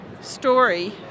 story